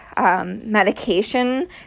medication